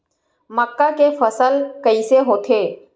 मक्का के फसल कइसे होथे?